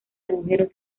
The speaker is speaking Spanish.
agujeros